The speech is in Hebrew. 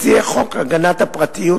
מציעי חוק הגנת הפרטיות,